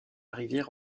rivière